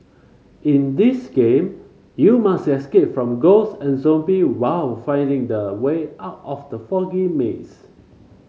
in this game you must escape from ghost and zomby while finding the way out of the foggy maze